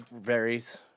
varies